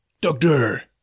Doctor